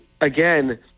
again